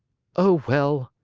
oh, well,